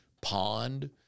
pond